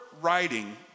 writing